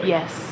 Yes